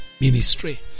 Ministry